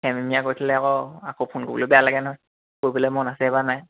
হেমহেমীয়া কৰি থ'লে আকৌ আকৌ ফোন কৰিবলৈ বেয়া লাগে নহয় কৰিবলৈ মন আছে বা নাই